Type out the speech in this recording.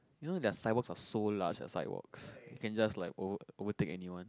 you know their sidewalks are so large their sidewalks you can just like over overtake anyone